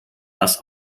das